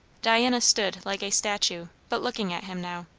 diana stood like a statue, but looking at him now.